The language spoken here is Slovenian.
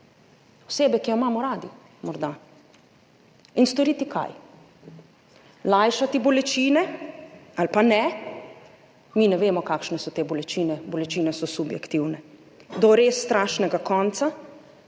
osebe, ki jo imamo radi, morda in storiti kaj, lajšati bolečine ali pa ne, mi ne vemo, kakšne so te bolečine, bolečine so subjektivne do res strašnega konca,